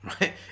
right